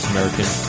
American